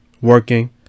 working